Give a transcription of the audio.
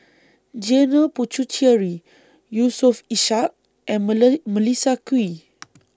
Janil Puthucheary Yusof Ishak and Melissa Kwee